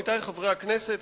עמיתי חברי הכנסת,